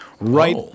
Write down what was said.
Right